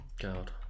God